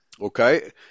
okay